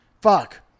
Fuck